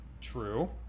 True